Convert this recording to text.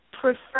prefer